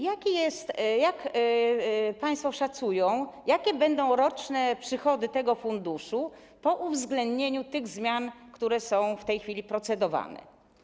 Jak państwo szacują, jakie będą roczne przychody tego funduszu po uwzględnieniu zmian, które są w tej chwili procedowane?